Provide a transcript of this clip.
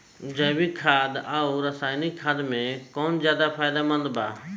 जैविक खाद आउर रसायनिक खाद मे कौन ज्यादा फायदेमंद बा?